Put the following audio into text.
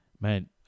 man